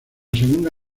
segunda